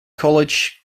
college